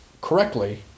correctly